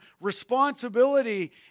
responsibility